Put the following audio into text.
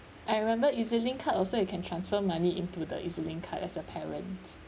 I remember E_Z link card also you can transfer money into the E_Z link card as a parent